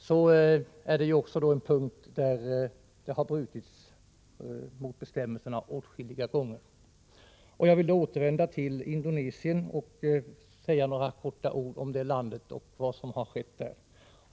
Även när det gäller denna punkt har det brutits mot bestämmelserna åtskilliga gånger. Jag vill i det sammanhanget återvända till frågan om Indonesien och säga några ord om vad som har skett där.